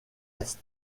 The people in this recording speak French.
est